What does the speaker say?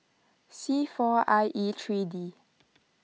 C four I E three D